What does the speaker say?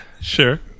Sure